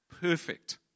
perfect